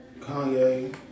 Kanye